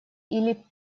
или